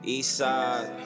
Eastside